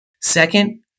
Second